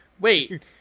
wait